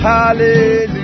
Hallelujah